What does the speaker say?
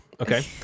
okay